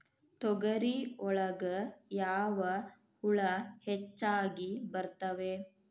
ತೊಗರಿ ಒಳಗ ಯಾವ ಹುಳ ಹೆಚ್ಚಾಗಿ ಬರ್ತವೆ?